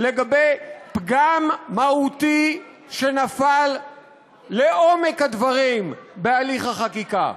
לגבי פגם מהותי שנפל בעומק הדברים בהליך החקיקה,